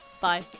Bye